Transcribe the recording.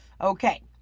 okay